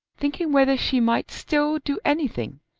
thinking whether she might still do anything,